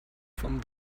vom